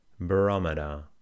barometer